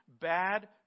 Bad